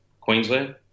Queensland